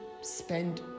spend